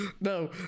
No